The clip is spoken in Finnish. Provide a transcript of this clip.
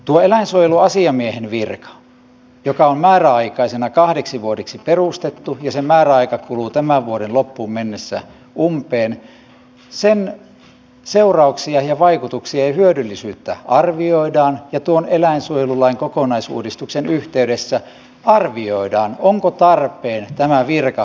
tuon eläinsuojeluasiamiehen viran joka on määräaikaisena kahdeksi vuodeksi perustettu ja jonka määräaika kuluu tämän vuoden loppuun mennessä umpeen seurauksia ja vaikutuksia ja hyödyllisyyttä arvioidaan ja tuon eläinsuojelulain kokonaisuudistuksen yhteydessä arvioidaan onko tämä virka tarpeen vakinaistaa